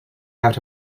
out